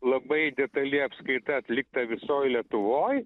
labai detali apskaita atlikta visoj lietuvoj